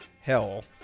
hell